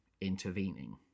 intervening